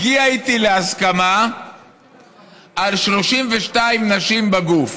הגיע איתי להסכמה על 32 נשים בגוף.